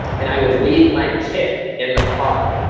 and i would leave my kit in the car.